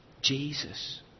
Jesus